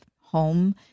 home